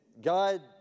God